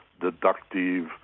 deductive